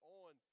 on